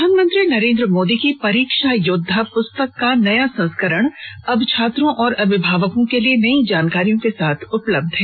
प्रधानमंत्री नरेंद्र मोदी की परीक्षा योद्धा पुस्तक का नया संस्करण अब छात्रों और अभिभावकों के लिए नई जानकारियों के साथ उपलब्ध है